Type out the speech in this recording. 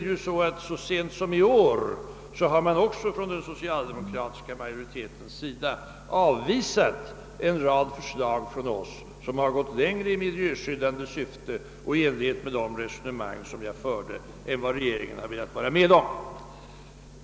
Så sent som i år har man också från den socialdemokratiska majoriteten avvisat en rad förslag från oss som gått längre i miljöskyddande syfte än vad regeringen vill vara med om.